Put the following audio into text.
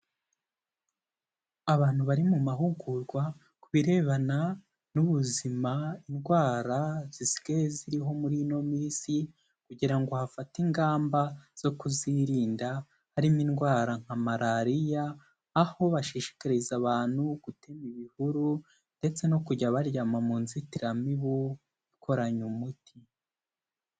Abantu bari mu mahugurwa ku birebana n'ubuzima, indwara zisigaye ziriho muri ino minsi kugira ngo hafatwe ingamba zo kuzirinda, harimo indwara nka malariya aho bashishikariza abantu gutema ibihuru ndetse no kujya baryama mu nzitiramibu ikoranye umuti.